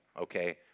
okay